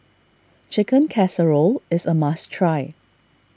Chicken Casserole is a must try